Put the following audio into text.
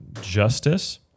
justice